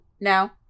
now